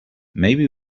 maybe